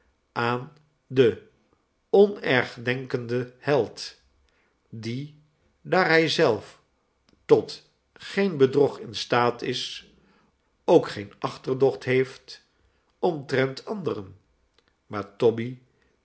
aan den onergdenkenden held die daar hij zelf tot geen bedrog in staat is ook geen achterdocht heeft omtrent anderen maar toby